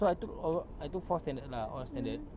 so I took all I took four standard lah all standard